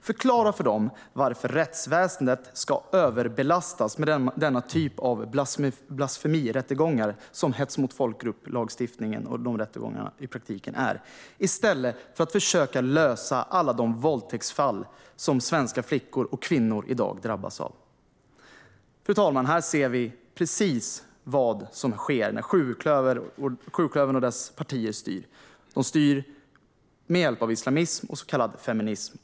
Förklara för dem varför rättsväsendet ska överbelastas med denna typ av blasfemirättegångar som rättegångarna om hets mot folkgrupp i praktiken är i stället för att man ska försöka lösa alla de våldtäktsfall som svenska flickor och kvinnor i dag drabbas av. Fru talman! Här ser vi precis vad som sker när sjuklövern och dess partier styr. De styr med hjälp av islamism och så kallad feminism.